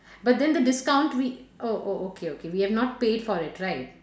but then the discount we oh oh okay okay we have not paid for it right